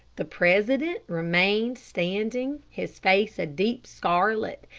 the president remained standing, his face a deep scarlet,